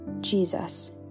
Jesus